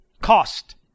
cost